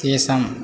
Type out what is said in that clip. तेषां